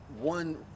one